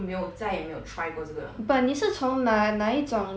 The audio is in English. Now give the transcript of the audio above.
but 你是从哪哪一种 youtuber 看到的 sia